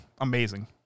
amazing